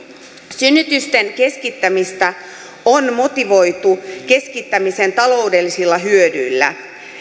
synnytysten keskittämistä on motivoitu keskittämisen taloudellisilla hyödyillä